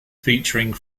featuring